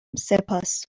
سپاس